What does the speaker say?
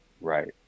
Right